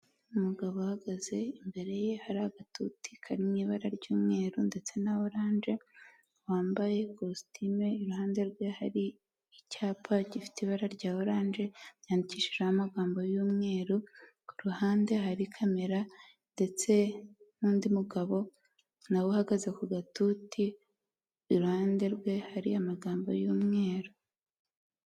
Umugabo ahahagaze imbere ye hari agatuti karimo ibara ry'umweru ndetse na oranje, wambaye ikositimu iruhande rwe hari icyapa gifite ibara rya oranje ryandikishijeho amagambo y'umweru, ku ruhande hari kamera ndetse n'undi mugabo nawe uhagaze ku gatuti iruhande rwe hari amagambo y'umweru.